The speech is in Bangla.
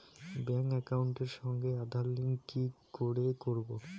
ব্যাংক একাউন্টের সঙ্গে আধার লিংক কি করে করবো?